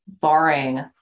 barring